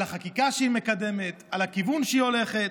על החקיקה שהיא מקדמת, על הכיוון שהיא הולכת,